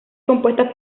compuestas